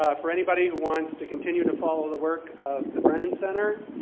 ah for anybody who wants to continue to follow the work of the brennan center,